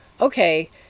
okay